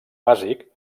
bàsic